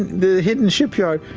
the hidden shipyard,